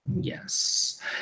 Yes